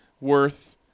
worth